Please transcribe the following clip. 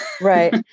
Right